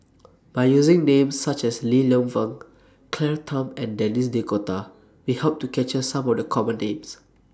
By using Names such as Li Lienfung Claire Tham and Denis D'Cotta We Hope to capture Some of The Common Names